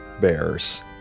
bears